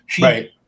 Right